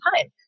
time